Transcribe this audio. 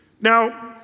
Now